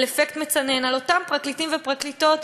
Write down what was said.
אפקט מצנן על אותם פרקליטים ופרקליטות,